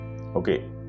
Okay